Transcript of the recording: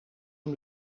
hem